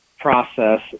process